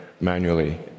manually